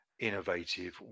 innovative